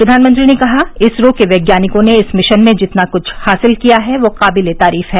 प्रघानमंत्री ने कहा इसरो के वैज्ञानिकों ने इस मिशन में जितना कृष्ठ हासिल किया है वह काबिलेतारीफ है